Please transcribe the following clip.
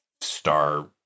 star